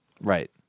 Right